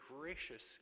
gracious